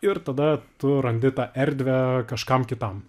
ir tada tu randi tą erdvę kažkam kitam